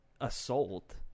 assault